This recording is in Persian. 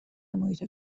محیط